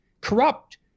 corrupt